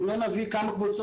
אם לא נביא כמה קבוצות,